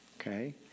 Okay